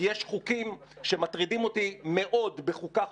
יש חוקים שמטרידים אותי מאוד בוועדת החוקה,